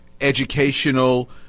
educational